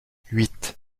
huit